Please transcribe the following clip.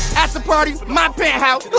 afterparty. my penthouse.